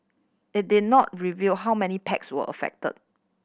it did not reveal how many packs were affected